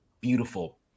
beautiful